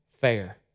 fair